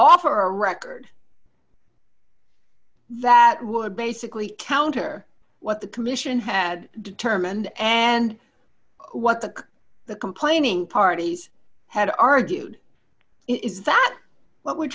a record that would basically counter what the commission had determined and what the the complaining parties had argued is that what we're